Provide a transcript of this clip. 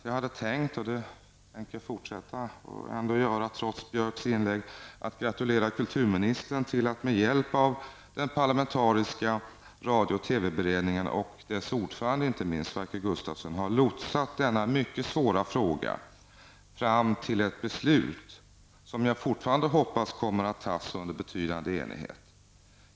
Jag hade tänkt, och tänker fortfarande trots Anders Björcks inlägg, gratulera kulturministern till att han med hjälp av den parlamentariska radio och TV-beredningen och inte minst dess ordförande Sverker Gustavsson har lotsat denna mycket svåra fråga fram till ett beslut som jag fortfarande hoppas kommer att antas under betydande enighet.